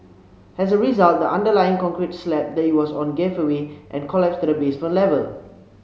as a result the underlying concrete slab that it was on gave way and collapsed to the basement level